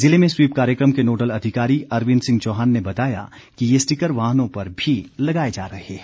ज़िले में स्वीप कार्यक्रम के नोडल अधिकारी अरविन्द सिंह चौहान ने बताया कि ये स्टिकर वाहनों पर भी लगाए जा रहे हैं